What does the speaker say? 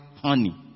honey